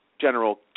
general